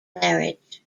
marriage